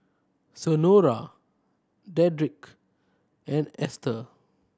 Senora Dedrick and Ester